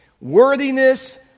worthiness